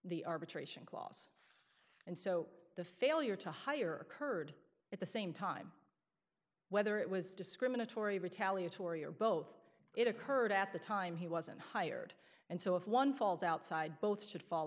the arbitration clause and so the failure to hire occurred at the same time whether it was discriminatory retaliatory or both it occurred at the time he wasn't hired and so if one falls outside both should fall